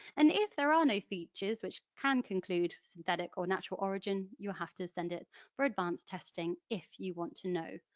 and if there are ah no features which can conclude synthetic or natural origin, you have to send it for advanced testing if you want to know,